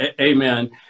Amen